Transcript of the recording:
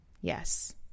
yes